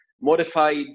modified